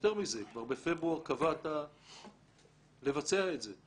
יותר מזה, כבר בפברואר קבעת לבצע את זה.